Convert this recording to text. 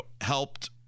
helped